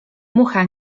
mucha